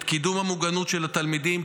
את קידום המוגנות של התלמידים,